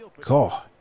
God